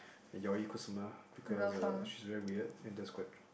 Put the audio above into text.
Yayoi-Kusama because uh she's very weird and that's quite